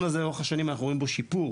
הזה לאורך השנים אנחנו רואים בו שיפור.